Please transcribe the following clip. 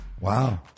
Wow